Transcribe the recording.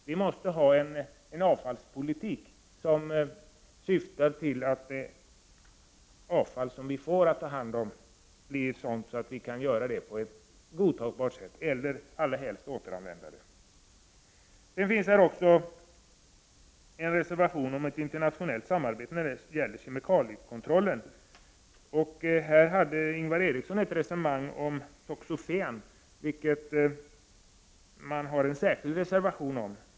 Vi måste ha en politik som syftar till att det avfall vi får blir sådant att det går att ta hand om avfallet på ett godtagbart sätt eller att det går att återanvända. Det finns också en reservation om ett internationellt samarbete när det gäller kemikaliekontrollen. Ingvar Eriksson förde ett resonemang om toxafen, som det finns en särskild reservation om.